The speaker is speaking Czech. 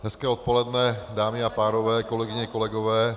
Hezké odpoledne, dámy a pánové, kolegyně a kolegové.